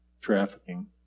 trafficking